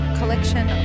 collection